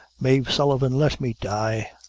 mave sullivan, let me die!